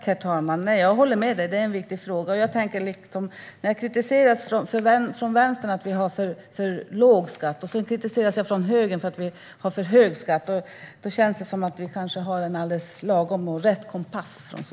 Herr talman! Jag håller med om att det är en viktig fråga. När vi kritiseras från Vänstern för att vi har för låg skatt samtidigt som vi kritiseras från högern för att vi har för hög skatt känns det som om vi i Socialdemokraterna kanske har en alldeles lagom och riktig kompass.